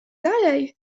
dalej